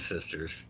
sisters